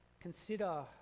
consider